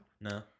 No